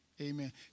Amen